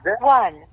one